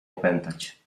opętać